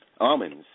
almonds